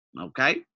okay